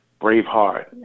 Braveheart